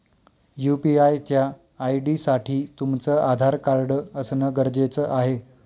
UPI च्या ID साठी तुमचं आधार कार्ड असण गरजेच आहे